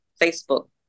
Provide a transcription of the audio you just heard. Facebook